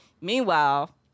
Meanwhile